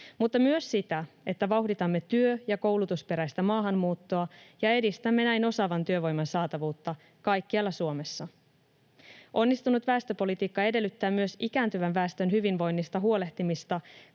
mutta myös sitä, että vauhditamme työ‑ ja koulutusperäistä maahanmuuttoa ja edistämme näin osaavan työvoiman saatavuutta kaikkialla Suomessa. Onnistunut väestöpolitiikka edellyttää myös ikääntyvän väestön hyvinvoinnista huolehtimista